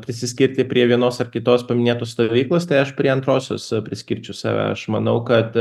prisiskirti prie vienos ar kitos paminėtos stovyklos tai aš prie antrosios priskirčiau save aš manau kad